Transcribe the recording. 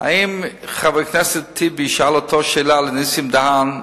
אם חבר הכנסת טיבי שאל את אותה שאלה את נסים דהן,